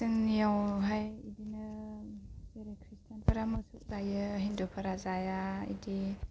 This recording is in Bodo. जोंनियावहाय बिदिनो जेरै ख्रिस्थान फोरा मोसौ जायो हिन्दु फोरा जाया बिदि